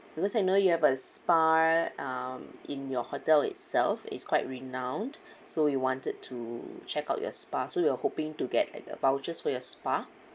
because I know you have a spa um in your hotel itself it's quite renowned so we wanted to check out your spa so we're hoping to get like a voucher for your spa